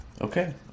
Okay